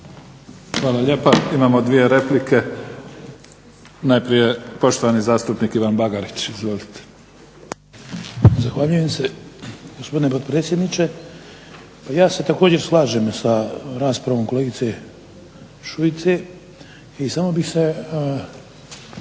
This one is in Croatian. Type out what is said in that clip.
Hvala lijepa. Imamo dvije replike, najprije poštovani zastupnik Bagarić. **Bagarić, Ivan (HDZ)** Zahvaljujem gospodine potpredsjedniče. Pa ja se također slažem s raspravom kolegice Šuice i samo bih se